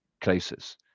crisis